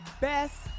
Best